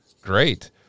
Great